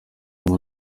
ngo